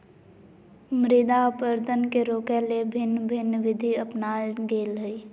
मृदा अपरदन के रोकय ले भिन्न भिन्न विधि अपनाल गेल हइ